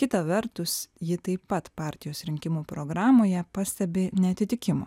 kita vertus ji taip pat partijos rinkimų programoje pastebi neatitikimą